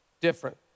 different